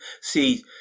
see